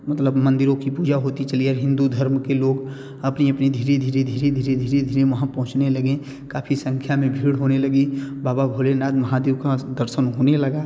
मतलब मंदिरों कि पूजा होती चली आई हिन्दू धर्म के लोग अपनी अपनी धीरे धीरे धीरे धीरे धीरे धीरे महाँ पहुँचने लगे काफ़ी संख्या में भीड़ होने लगी बाबा भोलेनाथ महादेव का दर्शन होने लगा